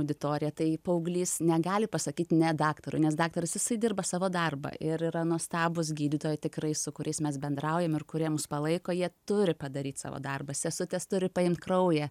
auditorija tai paauglys negali pasakyt ne daktarui nes daktaras jisai dirba savo darbą ir yra nuostabūs gydytojai tikrai su kuriais mes bendraujam ir kurie mus palaiko jie turi padaryt savo darbą sesutės turi paimt kraują